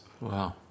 Wow